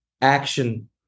action